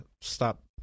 stop